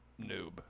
noob